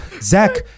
Zach